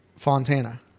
Fontana